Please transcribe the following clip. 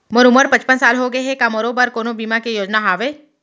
मोर उमर पचपन साल होगे हे, का मोरो बर कोनो बीमा के योजना हावे?